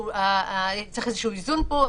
צריך איזון כאן,